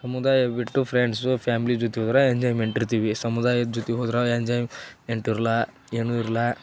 ಸಮುದಾಯ ಬಿಟ್ಟು friends family ಜೊತೆ ಹೋದ್ರೆ ಎಂಜಾಯ್ಮೆಂಟ್ ಇರ್ತೀವಿ ಸಮುದಾಯದ ಜೊತೆ ಹೋದ್ರೆ ಎಂಜಾಯ್ ಎಂಟಿರಲ್ಲ ಏನೂ ಇರಲ್ಲ